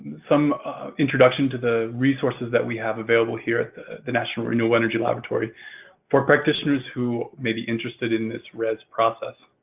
some introduction to the resources that we have available here at the the national renewable energy laboratory for practitioners who may be interested in this rez process.